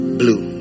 blue